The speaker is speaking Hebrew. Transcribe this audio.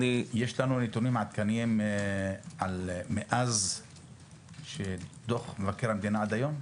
יש לנו נתונים עדכניים מאז דוח מבקר המדינה ועד היום?